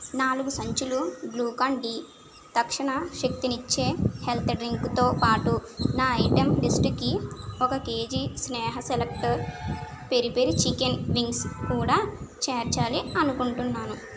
నాలుగు సంచులు Glucon D తక్షణ శక్తినిచ్చే హెల్త్ డ్రింక్తో పాటు నా ఐటెం లిస్టుకి ఒక KG Sneha select peri peri chicken wings కూడా చేర్చాలి అనుకుంటున్నాను